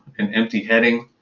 an empty heading.